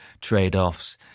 trade-offs